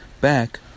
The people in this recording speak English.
back